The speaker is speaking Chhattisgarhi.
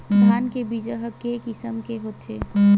धान के बीजा ह के किसम के होथे?